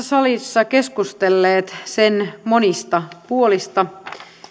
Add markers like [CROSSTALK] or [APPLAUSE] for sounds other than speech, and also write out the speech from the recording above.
[UNINTELLIGIBLE] salissa jo keskustelleet sen monista puolista